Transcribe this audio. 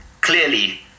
clearly